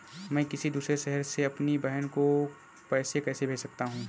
मैं किसी दूसरे शहर से अपनी बहन को पैसे कैसे भेज सकता हूँ?